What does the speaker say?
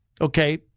Okay